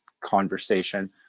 conversation